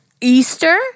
Easter